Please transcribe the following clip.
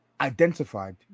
identified